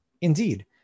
Indeed